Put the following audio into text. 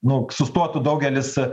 nu sustotų daugelis